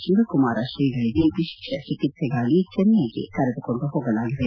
ಶಿವಕುಮಾರ ಶ್ರೀಗಳ ವಿಶೇಷ ಚಿಕಿತ್ಸೆಗಾಗಿ ಚೆನ್ನೈಗೆ ಕರೆದುಕೊಂಡು ಹೋಗಲಾಗಿದೆ